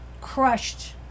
crushed